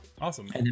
Awesome